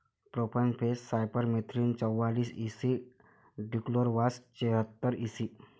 profenofos cypermethrin चौवालीस E C dichlorvos चेहतार EC